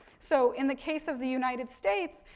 so, in the case of the united states,